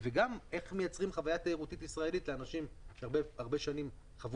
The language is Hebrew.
צריך לראות גם איך מייצרים חוויה תיירותית ישראלית לאנשים שהרבה שנים חוו